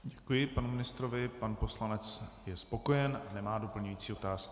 Děkuji panu ministrovi, pan poslanec je spokojen a nemá doplňující otázku.